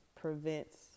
prevents